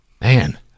man